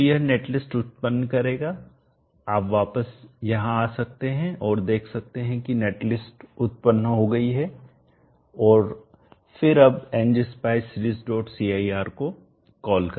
तो यह netlist उत्पन्न करेगा आप वापस यहाँ आ सकते हैं और देख सकते हैं कि नेट लिस्ट उत्पन्न हो गई है और फिर अब Ngspice seriescir को कॉल करें